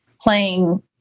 playing